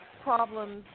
problems